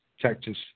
Texas